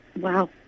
Wow